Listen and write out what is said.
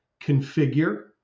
configure